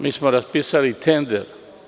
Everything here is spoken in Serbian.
Mi smo raspisali tender.